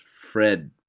Fred